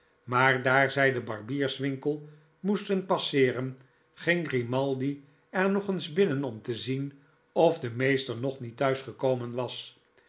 maar daar zij den barbierswinkel moesten passeerenging grimaldi er nog eens binnen om te zien of de meester nog niet thuis gekomen was